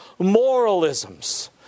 moralisms